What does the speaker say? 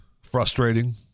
frustrating